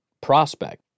prospect